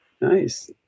Nice